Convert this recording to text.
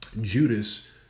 Judas